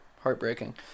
Heartbreaking